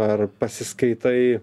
ar pasiskaitai